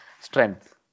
strength